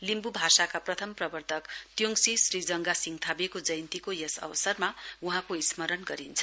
लिम्बु भाषाका प्रथम प्रवर्तक त्योङसी श्रीजंगा सिङथावेको जयन्तीको यस अवसरमा वहाँको स्मरण गरिन्छ